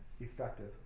effective